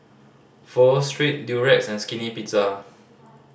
Pho Street Durex and Skinny Pizza